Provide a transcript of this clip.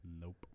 Nope